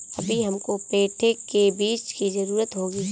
अभी हमको पेठे के बीज की जरूरत होगी